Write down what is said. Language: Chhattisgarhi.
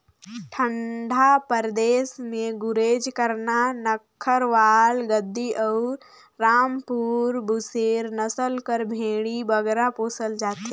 ठंडा परदेस में गुरेज, करना, नक्खरवाल, गद्दी अउ रामपुर बुसेर नसल कर भेंड़ी बगरा पोसल जाथे